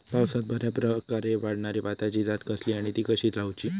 पावसात बऱ्याप्रकारे वाढणारी भाताची जात कसली आणि ती कशी लाऊची?